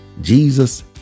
Jesus